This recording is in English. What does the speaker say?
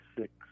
six